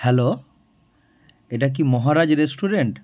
hello এটা কি Maharaj restaurant